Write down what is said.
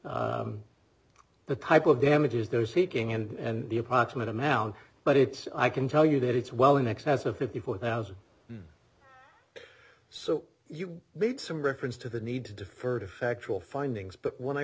the the type of damages those seeking and the approximate amount but it's i can tell you that it's well in excess of fifty four thousand so you made some reference to the need to defer to factual findings but when i